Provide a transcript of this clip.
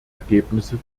ergebnisse